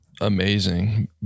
amazing